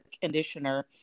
conditioner